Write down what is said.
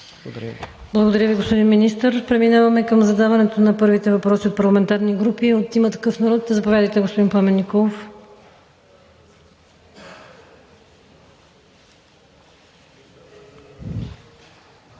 Благодаря Ви, господин Министър. Преминаваме към задаването на първите въпроси от парламентарни групи. От „Има такъв народ“ – заповядайте, господин Пламен Николов.